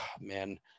man